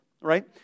right